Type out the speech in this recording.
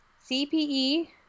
cpe